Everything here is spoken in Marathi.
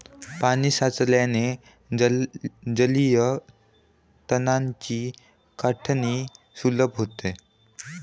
पाणी साचल्याने जलीय तणांची काढणी सुलभ होते